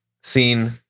seen